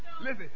Listen